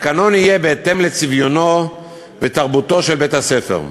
התקנון יהיה בהתאם לצביונו ותרבותו של בית-הספר,